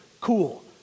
cool